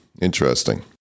interesting